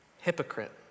hypocrite